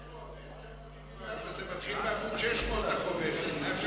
300. אין 974, זה מתחיל בעמוד 600, החוברת.